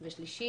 ושלוש,